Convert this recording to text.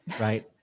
right